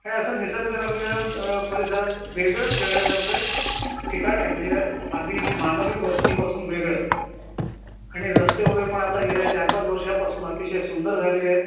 आणि असं निसर्गरम्य परिसरात वेगळं फिरण्यासारखं ठिकाण आहे म्हणजे आगदी मानवी वस्तीपासून वेगळं आणि रस्ते वगैरे पण आता गेल्या चार पाच वर्षापासून अतिशय सुंदर झालेले आहेत